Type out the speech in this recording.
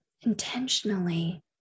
intentionally